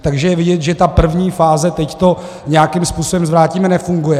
Takže je vidět, že ta první fáze, teď to nějakým způsobem zvrátíme, nefunguje.